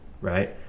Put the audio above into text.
right